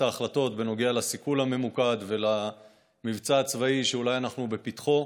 ההחלטות בנוגע לסיכול הממוקד ולמבצע הצבאי שאולי אנחנו בפתחו.